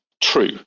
true